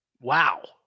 Wow